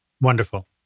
Wonderful